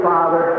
Father